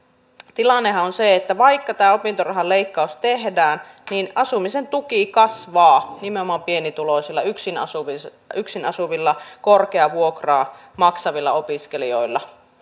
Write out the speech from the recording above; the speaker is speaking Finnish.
tilannehan on se että vaikka tämä opintorahan leikkaus tehdään niin asumisen tuki kasvaa nimenomaan pienituloisilla yksin asuvilla korkeaa vuokraa maksavilla opiskelijoilla